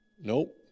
Nope